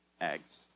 eggs